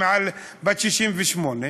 בת 68,